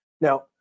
Now